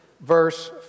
verse